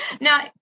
Now